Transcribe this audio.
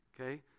okay